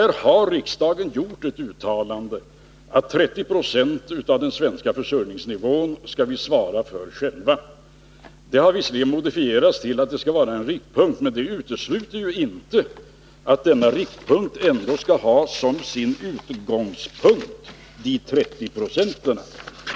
Riksdagen har gjort ett uttalande om att vi själva skall svara för 30 960 av den svenska försörjningsnivån. Det har visserligen modifierats till att det skall vara en riktpunkt, men detta utesluter ju inte att denna riktpunkt ändå skall ha som sin bas de 30 procenten.